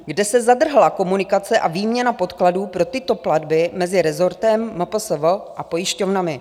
Kde se zadrhla komunikace a výměna podkladů pro tyto platby mezi rezortem, MPSV a pojišťovnami?